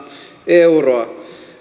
euroa